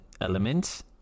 element